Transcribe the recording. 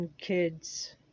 kids